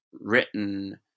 written